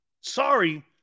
Sorry